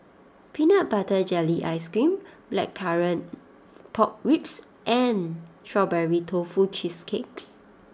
Peanut Butter Jelly Ice Cream Blackcurrant Pork Ribs and Strawberry Tofu Cheesecake